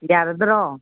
ꯌꯥꯔꯗ꯭ꯔꯣ